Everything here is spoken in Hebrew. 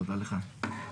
תודה לך.